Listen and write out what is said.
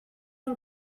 del